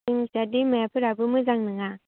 जोंनिथिंजाय दैमाफोराबो मोजां नङा